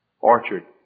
orchard